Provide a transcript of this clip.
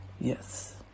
Yes